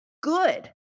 good